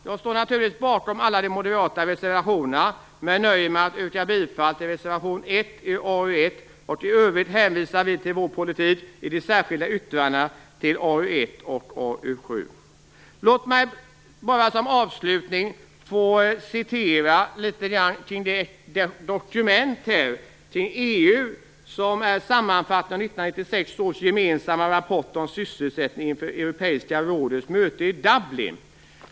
Jag står naturligtvis bakom alla de moderata reservationerna, men nöjer mig med att yrka bifall till reservation 1 i AU:1. I övrigt hänvisar vi till vår politik i de särskilda yttrandena till AU:1 och Låt mig som avslutning få läsa litet ur det dokument från EU som är en sammanfattning av 1996 års gemensamma rapport om sysselsättningen inför Europeiska rådets möte i Dublin.